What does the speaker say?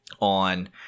on